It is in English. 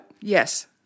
Yes